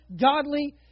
godly